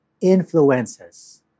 influences